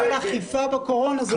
זאת אכיפה בקורונה.